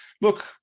look